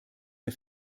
der